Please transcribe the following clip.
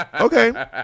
okay